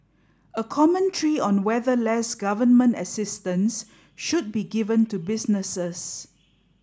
a commentary on whether less government assistance should be given to businesses